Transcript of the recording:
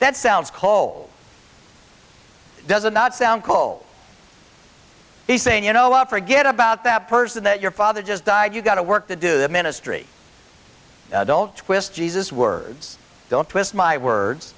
that sounds cold does it not sound cold he's saying you know a lot forget about that person that your father just died you've got to work to do the ministry don't twist jesus words don't twist my words